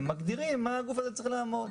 שמגדירים במה הגוף הזה צריך לעמוד.